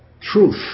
truth